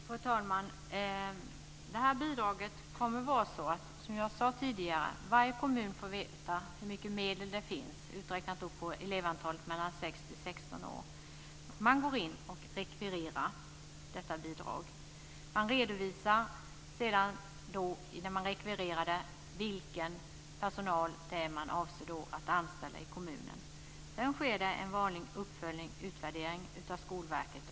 Fru talman! När det gäller det här bidraget kommer det, som jag tidigare sade, att vara så att varje kommun får veta hur mycket medel som finns, uträknat på antalet elever i åldern 6-16 år. Man går in och rekvirerar detta bidrag och redovisar sedan när man rekvirerar vilken personal som man avser att anställa i kommunen. Därefter sker vanlig uppföljning och utvärdering av Skolverket.